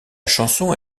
chanson